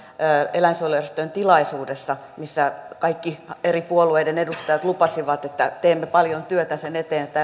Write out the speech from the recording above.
eläinsuojelujärjestöjen tilaisuudessa missä kaikki eri puolueiden edustajat lupasivat että teemme paljon työtä sen eteen että